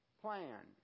plan